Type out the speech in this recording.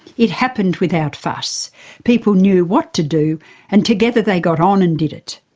it happened without fuss people knew what to do and together they got on and did it.